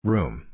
Room